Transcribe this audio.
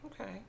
okay